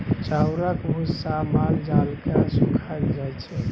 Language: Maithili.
चाउरक भुस्सा माल जाल केँ खुआएल जाइ छै